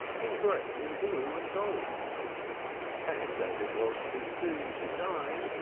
all dressed in blue and gold and, as it was too soon to dine,